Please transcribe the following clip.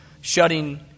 shutting